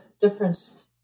difference